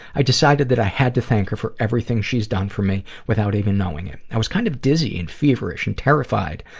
i decided that i had to thank her for everything she's done for me without even knowing it. i was kind of dizzy and feverish and terrified,